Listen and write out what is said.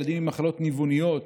ילדים עם מחלות ניווניות,